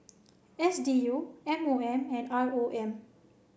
S D U M O M and R O M